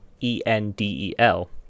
E-N-D-E-L